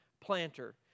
planter